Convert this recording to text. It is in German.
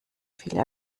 viele